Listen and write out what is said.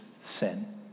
sin